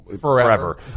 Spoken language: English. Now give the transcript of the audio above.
forever